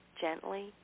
gently